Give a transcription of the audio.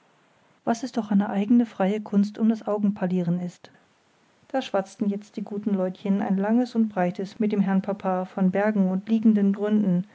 was es doch eine eigene freie kunst um das augenparlieren ist da schwatzten jetzt die guten leutchen ein langes und breites mit dem herrn papa von bergen und liegenden gründen